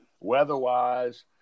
weather-wise